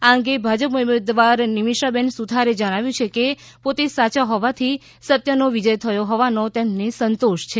આ અંગે ભાજપ ઉમેદવાર નીમીષાબેન સુથારે જણાવ્યું છે કે પોતે સાયા હોવાથી સત્યનો વિજય થયો હોવાનો તેમને સંતોષ છે